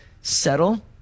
settle